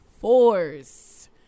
force